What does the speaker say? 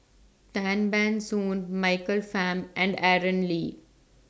Tan Ban Soon Michael Fam and Aaron Lee